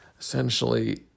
Essentially